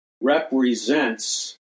represents